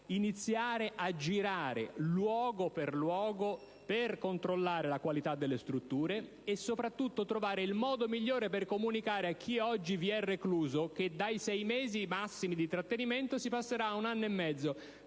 iniziare a girare luogo per luogo per controllare la qualità delle strutture, e soprattutto per trovare il modo migliore per comunicare a chi oggi vi è recluso che dai 6 mesi massimi di trattenimento si passerà ad un anno e mezzo.